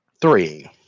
Three